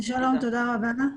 שלום, תודה רבה.